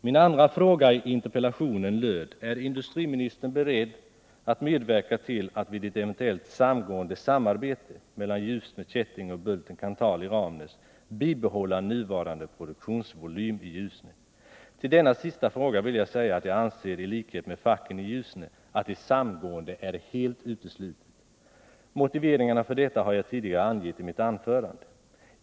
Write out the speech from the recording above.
Min andra fråga i interpellationen löd: Är industriministern beredd att medverka till att vid ett eventuellt samgående/samarbete mellan Ljusne Kätting och Bulten-Kanthal i Ramnäs bibehålla nuvarande produktionsvolym i Ljusne? I anslutning till denna sista fråga vill jag säga att jag i likhet med facket anser att ett samgående är helt uteslutet. Motiveringarna för detta har jag tidigare angett i mitt anförande.